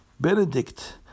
Benedict